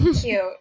cute